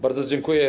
Bardzo dziękuję.